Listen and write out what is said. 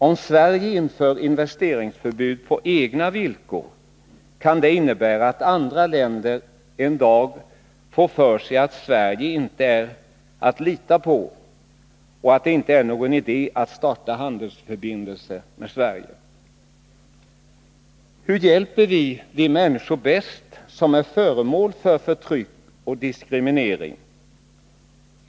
Om Sverige inför investeringsförbud på egna villkor kan det innebära att andra länder en dag får för sig att Sverige inte är att lita på och att det inte är någon idé att starta handelsförbindelser med Sverige. Hur hjälper vi bäst de människor som är föremål för förtryck och diskriminering?